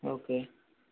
okay